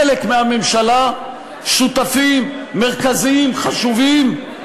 חלק מהממשלה, שותפים מרכזיים חשובים,